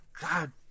God